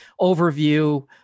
overview